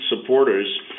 supporters